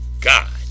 God